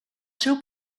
seu